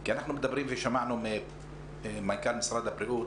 כי אנחנו מדברים ושמענו ממנכ"ל משרד הבריאות